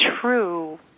true